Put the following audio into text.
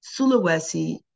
Sulawesi